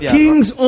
king's